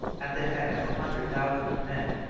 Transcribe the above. at the head of a hundred thousand men,